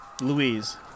Louise